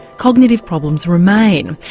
cognitive problems remain.